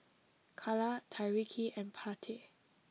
Calla Tyreke and Pate